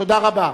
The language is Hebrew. תודה רבה.